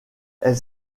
elle